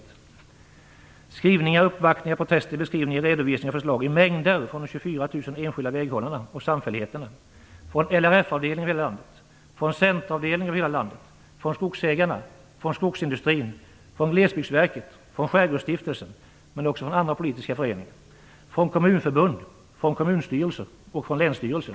Det har kommit skrivningar, uppvaktningar, protester, beskrivningar, redovisningar och förslag i mängder från de 24 000 enskilda väghållarna och samfälligheterna, från LRF-avdelningar över hela landet, från centeravdelningar över hela landet, från skogsägarna, från skogsindustrin, från Glesbygdsverket, från Skärgårdsstiftelsen, från andra politiska föreningar, från kommunförbund, från kommunstyrelser och från länsstyrelser.